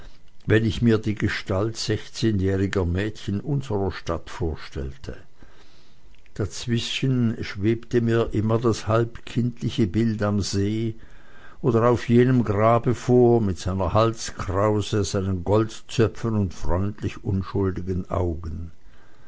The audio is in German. wenn ich mir die gestalt sechszehnjähriger mädchen unserer stadt vorstellte dazwischen schwebte mir immer das halbkindliche bild am see oder auf jenem grabe vor mit seiner halskrause seinen goldzöpfen und freundlich unschuldigen augen